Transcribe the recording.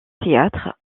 théâtres